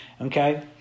Okay